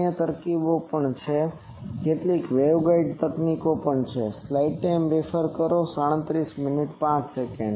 અન્ય તરકીબો પણ છે કેટલીક વેવગાઇડ તકનીકો વગેરે